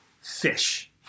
fish